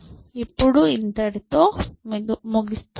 ఇప్పుడు ఇంతటితో ముగిస్తాం